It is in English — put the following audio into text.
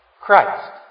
Christ